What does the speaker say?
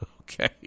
Okay